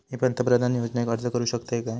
मी पंतप्रधान योजनेक अर्ज करू शकतय काय?